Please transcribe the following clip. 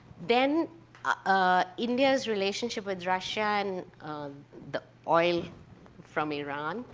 then ah india's relationship with russia and the oil from iran.